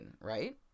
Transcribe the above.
right